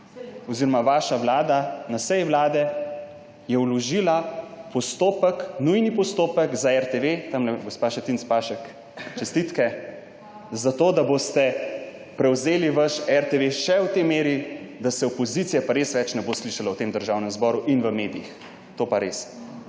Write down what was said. je vaša vlada na svoji seji vložila postopek, nujni postopek za RTV − gospa Šetinc Pašek, čestitke za to, da boste prevzeli vaš RTV še v tej meri, da se opozicije pa res ne bo več slišalo v Državnem zboru in v medijih. To pa res.